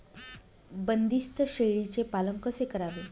बंदिस्त शेळीचे पालन कसे करावे?